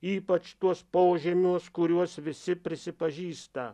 ypač tuos požemiuos kuriuos visi prisipažįsta